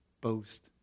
Boast